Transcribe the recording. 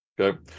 Okay